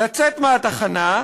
לצאת מהתחנה,